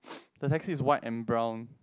the taxi is white and brown